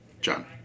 john